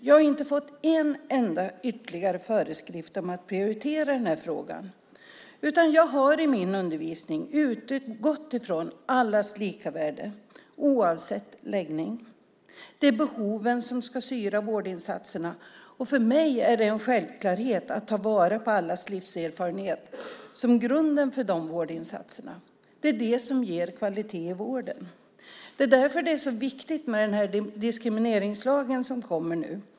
Jag har inte fått en enda ytterligare föreskrift om att prioritera den här frågan, utan jag har i min undervisning utgått från allas lika värde oavsett läggning. Det är behoven som ska styra vårdinsatserna, och för mig är det en självklarhet att ta vara på allas livserfarenhet som grund för de vårdinsatserna. Det är det som ger kvalitet i vården. Det är därför det är så viktigt med den diskrimineringslag som kommer nu.